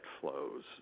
flows